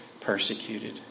persecuted